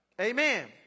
Amen